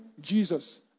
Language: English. Jesus